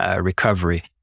recovery